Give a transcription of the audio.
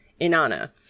Inanna